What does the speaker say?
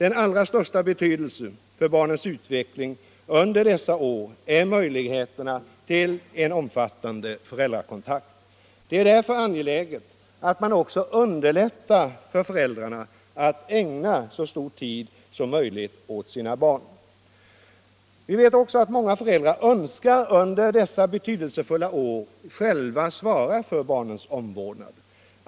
Av allra största betydelse för barnets utveckling under dessa år är möjligheterna till en omfattande föräldrakontakt. Det är därför angeläget att man på alla sätt underlättar för föräldrarna att ägna så stor tid som möjligt åt sina barn. Vi vet också att många föräldrar önskar själva svara för barnens omvårdnad under dessa betydelsefulla år.